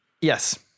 Yes